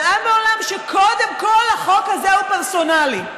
עם ועולם שקודם כול החוק הזה הוא פרסונלי.